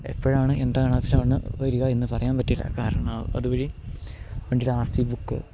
എപ്പോഴാണ് എന്താണ് ആവശ്യം വരിക എന്നു പറയാന് പറ്റില്ല കാരണം അതുവഴി വണ്ടിയുടെ ആർ സി ബുക്ക്